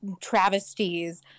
travesties